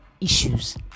issues